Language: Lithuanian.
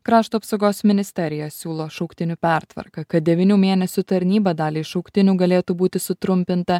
krašto apsaugos ministerija siūlo šauktinių pertvarką kad devynių mėnesių tarnybą daliai šauktinių galėtų būti sutrumpinta